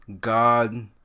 god